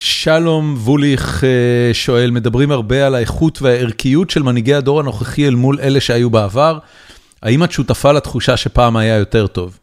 שלום ווליך שואל, מדברים הרבה על האיכות והערכיות של מנהיגי הדור הנוכחי אל מול אלה שהיו בעבר, האם את שותפה לתחושה שפעם היה יותר טוב?